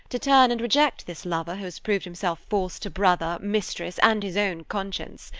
to turn and reject this lover who has proved himself false to brother, mistress, and his own conscience.